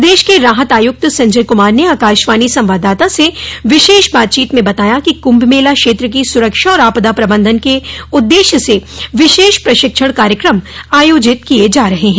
प्रदेश के राहत आयुक्त संजय कुमार ने आकाशवाणी संवाददाता से विशेष बातचीत में बताया कि कुंभ मेला क्षेत्र की सुरक्षा और आपदा प्रबंधन के उद्देश्य से विशेष प्रशिक्षण कार्यक्रम आयोजित किये जा रहे हैं